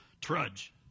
trudge